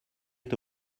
est